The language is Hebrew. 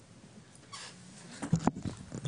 לא?